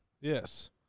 Yes